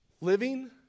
Living